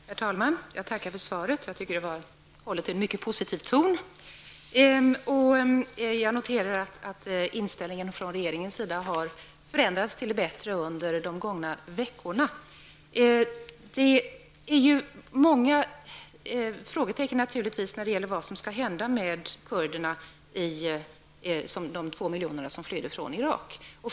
Herr talman! Jag tackar för svaret. Jag tycker att det var hållet i en mycket positiv ton. Jag noterar att inställningen från regeringens sida har förändrats till det bättre under de gångna veckorna. Det finns naturligtvis många frågetecken när det gäller vad som skall hända med de 2 miljoner kurder som flytt från Irak.